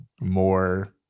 more